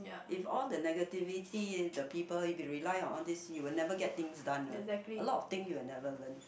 if all the negativity the people you rely on all this you will never get things done one a lot of things you will never learn